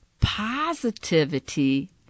positivity